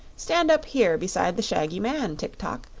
stand up here beside the shaggy man, tik-tok,